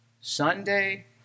sunday